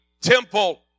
temple